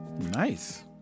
Nice